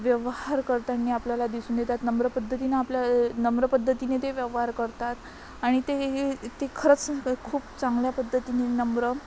व्यवहार करताना आपल्याला दिसून देतात नम्र पद्धतीनं आपल्या नम्र पद्धतीने ते व्यवहार करतात आणि ते ते खरंच खूप चांगल्या पद्धतीने नम्र